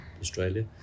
Australia